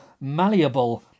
malleable